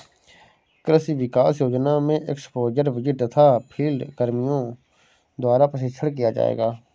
कृषि विकास योजना में एक्स्पोज़र विजिट तथा फील्ड कर्मियों द्वारा प्रशिक्षण किया जाएगा